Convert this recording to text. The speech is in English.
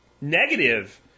negative